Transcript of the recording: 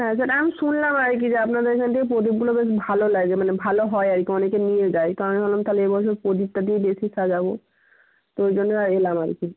হ্যাঁ সেটা আমি শুনলাম আর কি যে আপনাদের এখান থেকে প্রদীপগুলো বেশ ভালো লাগে মানে ভালো হয় আর কি অনেকে নিয়ে যায় তো আমি ভাবলাম তাহলে এবছর প্রদীপটা দিয়ে বেশি সাজাব তো ওই জন্য এলাম আর কি